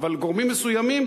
אבל גורמים מסוימים,